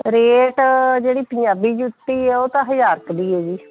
rate ਜਿਹੜੀ ਪੰਜਾਬੀ ਜੁੱਤੀ ਆ ਉਹ ਤਾਂ ਹਜ਼ਾਰ ਕੁ ਦੀ ਹੈ ਜੀ